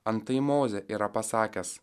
antai mozė yra pasakęs